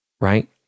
right